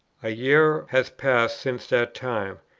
a year has passed since that time,